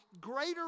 greater